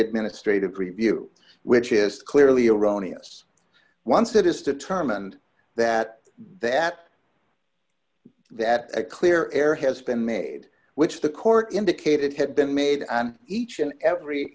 administrative review which is clearly erroneous once it is determined that that that clear air has been made which the court indicated had been made on each and every